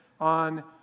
on